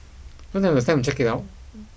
don't have the time to check it out